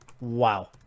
Wow